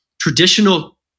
traditional